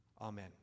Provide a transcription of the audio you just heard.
Amen